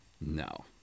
No